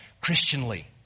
Christianly